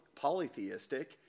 polytheistic